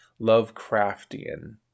lovecraftian